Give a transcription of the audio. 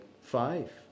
five